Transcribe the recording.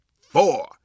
four